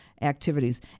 activities